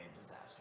disaster